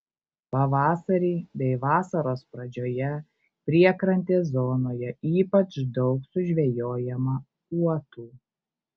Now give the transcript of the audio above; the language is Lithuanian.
pavasarį bei vasaros pradžioje priekrantės zonoje ypač daug sužvejojama uotų